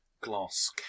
glass